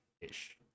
ish